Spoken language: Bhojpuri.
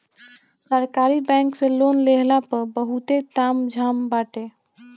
सरकारी बैंक से लोन लेहला पअ बहुते ताम झाम बाटे